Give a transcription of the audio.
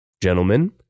gentlemen